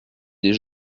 des